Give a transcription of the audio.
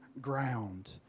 ground